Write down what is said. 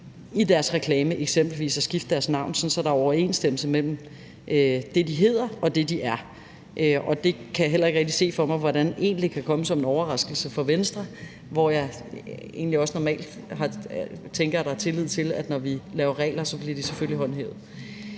deres reklame at skifte navn, sådan at der er overensstemmelse mellem det, de hedder, og det, de er, og det kan jeg heller ikke rigtig se for mig hvordan egentlig kan komme som en overraskelse for Venstre, som jeg normalt også tænker har tillid til, at når vi laver regler, bliver de selvfølgelig håndhævet.